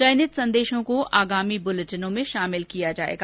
चयनित संदेशों को आगामी बुलेटिनों में शामिल किया जाएगा